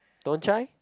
don't try